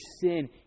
sin